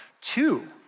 Two